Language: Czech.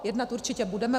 Jednat určitě budeme.